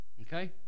Okay